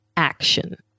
action